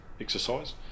exercise